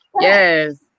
Yes